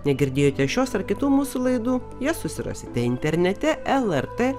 negirdėjote šios ar kitų mūsų laidų jas susirasite internete el er tė